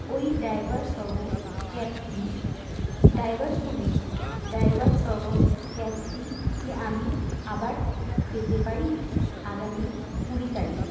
ওই ড্রাইভারসহ ক্যাবটি ড্রাইভার সুমিত ড্রাইভারসহ ক্যাবটি কি আমি আবার পেতে পারি আগামী কুড়ি তারিখ